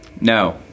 No